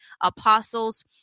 Apostles